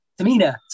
tamina